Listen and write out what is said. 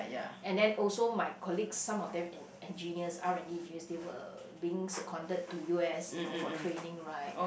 and then also my colleagues some of them en~ engineers R-and-D engineers they were being to U_S you know for training right